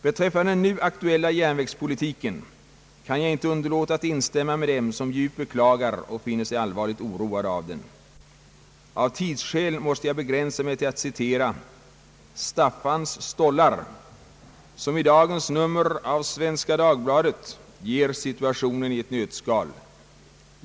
Beträffande den nu aktuella järnvägspolitiken kan jag inte underlåta att instämma med dem som djupt beklagar och finner sig allvarligt oroade av den. Av tidsskäl måste jag begränsa mig till att citera Staffans stollar som i dagens nummer av Svenska Dagbladet ger situationen i ett nötskal.